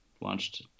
launched